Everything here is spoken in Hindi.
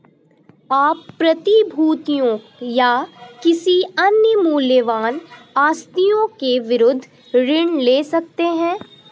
आप प्रतिभूतियों या किसी अन्य मूल्यवान आस्तियों के विरुद्ध ऋण ले सकते हैं